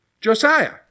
Josiah